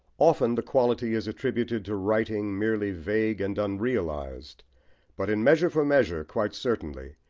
often the quality is attributed to writing merely vague and unrealised, but in measure for measure, quite certainly,